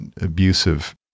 abusive